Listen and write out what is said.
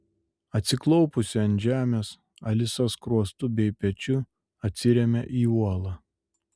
atsiklaupusi ant žemės alisa skruostu bei pečiu atsiremia į uolą